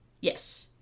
Yes